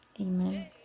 Amen